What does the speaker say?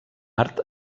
art